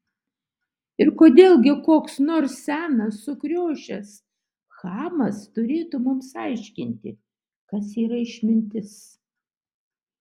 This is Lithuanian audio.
ir kodėl gi koks nors senas sukriošęs chamas turėtų mums aiškinti kas yra išmintis